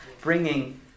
Bringing